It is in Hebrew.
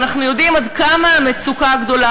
ואנחנו יודעים עד כמה המצוקה גדולה,